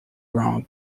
wrong